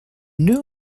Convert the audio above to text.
new